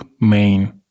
main